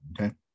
okay